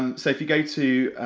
um so if you go to